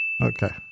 Okay